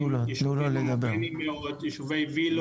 יישובים -- -יישובי וילות.